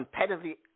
competitively